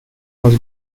was